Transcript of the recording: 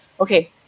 okay